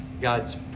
God's